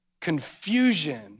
Confusion